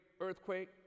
earthquake